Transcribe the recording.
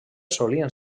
solien